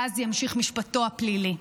ואז ימשיך משפטו הפלילי.